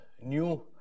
new